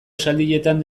esaldietan